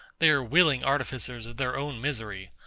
they are willing artificers of their own misery.